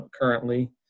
currently